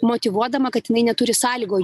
motyvuodama kad jinai neturi sąlygų